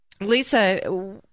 Lisa